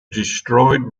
destroyed